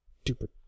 stupid